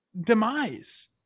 demise